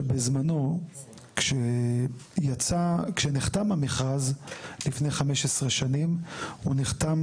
שבזמנו כשנחתם המכרז לפני 15 שנים הוא נחתם